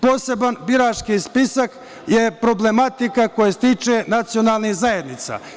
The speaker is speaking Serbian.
Poseban birački spisak je problematika koja se tiče nacionalnih zajednica.